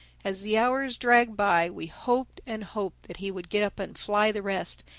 as the hours dragged by, we hoped and hoped that he would get up and fly the rest,